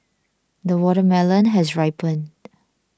the watermelon has ripened